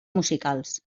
musicals